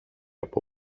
από